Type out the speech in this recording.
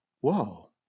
whoa